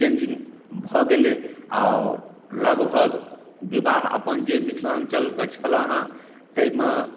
changing भऽ गेलै आओर लगभग बिवाह अपन जे मिथिलाञ्चलके छलऽ हँ तैमे